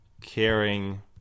caring